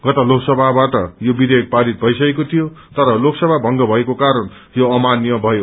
गत लोकसभाबाट यो विधेयक पारित भइसकेको थियो तर लोकसभा भंग भएको कारण यो अमान्य भयो